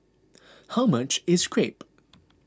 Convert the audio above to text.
how much is Crepe